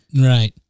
Right